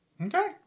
Okay